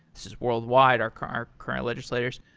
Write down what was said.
this is worldwide, our current current legislators.